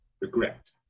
regret